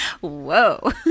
whoa